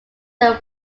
their